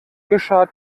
geschah